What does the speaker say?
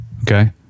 Okay